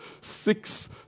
six